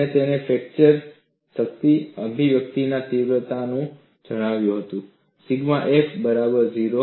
અને તેને ફ્રેક્ચર શક્તિ અભિવ્યક્તિ આ તીવ્રતાનું જણાયુંસિગ્મા F બરાબર 0